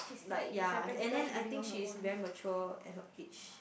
like yea and then I think she's very mature at her age